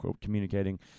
communicating